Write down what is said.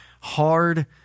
hard